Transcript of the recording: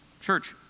Church